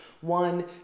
one